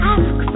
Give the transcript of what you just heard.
ask